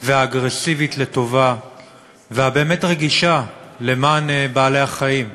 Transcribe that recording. והאגרסיבית לטובה והבאמת-רגישה למען בעלי-החיים.